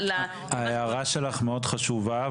ההערה שלך מאוד חשובה,